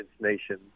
nation